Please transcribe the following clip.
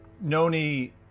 Noni